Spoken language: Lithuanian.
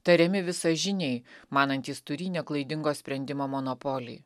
tariami visažiniai manantys turį neklaidingo sprendimo monopolį